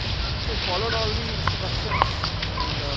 so followed all the instructions and